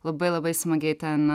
labai labai smagiai ten